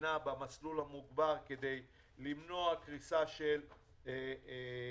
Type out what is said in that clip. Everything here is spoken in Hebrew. מדינה במסלול המוגבר כדי למנוע קריסה של עסקים.